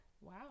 Wow